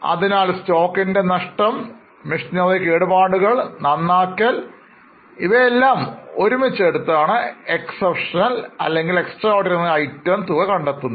അതിനാൽ stock ൻറെ നഷ്ടം machinery കേടുപാടുകൾ നന്നാക്കൽ ഇവയെല്ലാം ഒരുമിച്ച് എടുത്താണ് exceptionalextraordinary item തുക കണ്ടെത്തുന്നത്